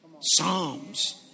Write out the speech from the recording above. psalms